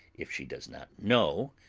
if she does not know,